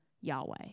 Yahweh